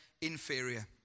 inferior